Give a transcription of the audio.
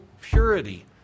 purity